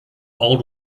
old